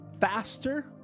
faster